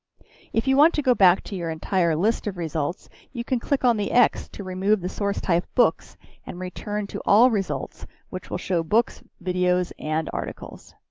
if you want to go back to your entire list of results you can click the x to remove the source type books and return to all results which will show books, videos and articles.